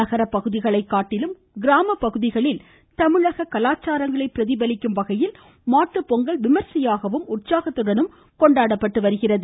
நகரப் பகுதிகளைக் காட்டிலும் கிராமப் பகுதிகளில் தமிழக கலாச்சாரங்களை பிரதிபலிக்கும் வகையில் மாட்டுப்பொங்கல் விமர்சையாகவும் உற்சாகத்துடனும் கொண்டாடப்பட்டு வருகிறது